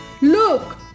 Look